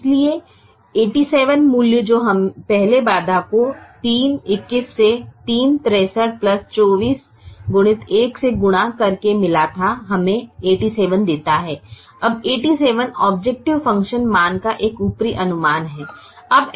इसलिए 87 मूल्य जो पहले बाधा को 3 21 से 3 63 24 x 1 में गुणा करके मिला था हमें 87 देता है अब 87 ऑबजेकटिव फ़ंक्शन मान का एक ऊपरी अनुमान है